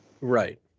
Right